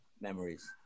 memories